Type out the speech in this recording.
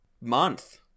month